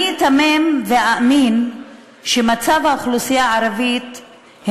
אני איתמם ואאמין שמצב האוכלוסייה הערבית הוא